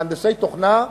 מהנדסי תוכנה,